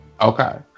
Okay